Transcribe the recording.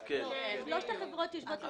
כל החברות שמו את האנטנות שלהן על אותו תורן.